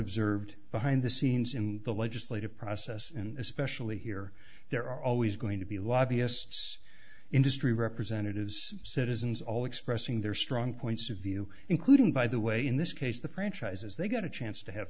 observed behind the scenes in the legislative process and especially here there are always going to be lobbyists industry representatives citizens all expressing their strong points of view including by the way in this case the franchise's they got a chance to have